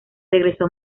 regresó